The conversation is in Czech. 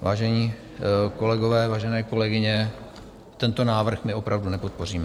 Vážení kolegové, vážené kolegyně, tento návrh my opravdu nepodpoříme.